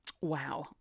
Wow